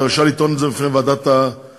אתה רשאי לטעון את זה בפני ועדת הכנסת.